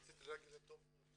רציתי להגיד שזה טוב מאוד.